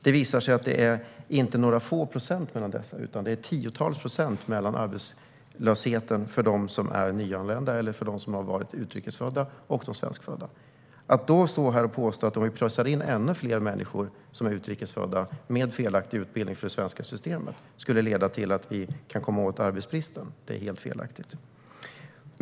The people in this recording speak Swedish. Det visar sig att det i fråga om arbetslösheten inte skiljer några få procent mellan utrikesfödda och svenskfödda, utan det skiljer tiotals procent mellan utrikesfödda och svenskfödda. Att då stå här och påstå att om vi pressar in ännu fler människor som är utrikesfödda med felaktig utbildning för det svenska systemet skulle det leda till att vi kan komma åt arbetsbristen är helt felaktigt.